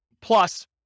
plus